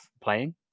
playing